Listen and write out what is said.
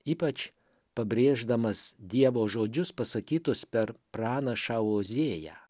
ypač pabrėždamas dievo žodžius pasakytus per pranašą ozėją